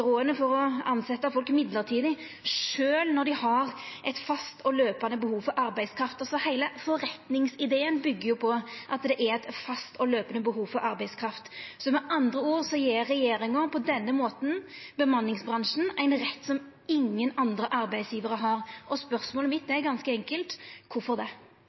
å tilsetja folk mellombels, sjølv når dei har eit fast og løypande behov for arbeidskraft, altså når heile forretningsideen byggjer på at det er eit fast og løypande behov for arbeidskraft. Med andre ord gjev regjeringa bemanningsbransjen ein rett som ingen andre arbeidsgjevarar har. Spørsmålet mitt er ganske enkelt: Kvifor det?